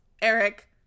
Eric